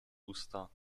usta